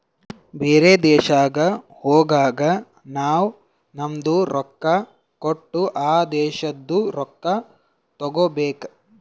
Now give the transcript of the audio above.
ಬೇರೆ ದೇಶಕ್ ಹೋಗಗ್ ನಾವ್ ನಮ್ದು ರೊಕ್ಕಾ ಕೊಟ್ಟು ಆ ದೇಶಾದು ರೊಕ್ಕಾ ತಗೋಬೇಕ್